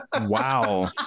wow